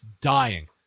dying